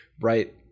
Right